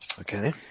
Okay